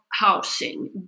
Housing